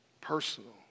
personal